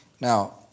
Now